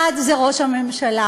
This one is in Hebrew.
1. ראש הממשלה,